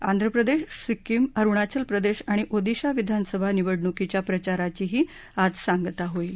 आंध्रदेश सिक्कीम अरुणाचल प्रदेश आणि ओदिशा विधानसभा निवडणुकीच्या प्रचाराचीही आज सांगता होईल